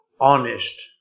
honest